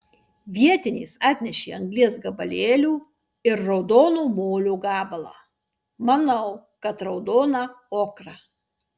vietinės atnešė anglies gabalėlių ir raudono molio gabalą manau kad raudoną ochrą